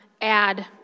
add